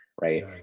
right